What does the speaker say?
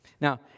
Now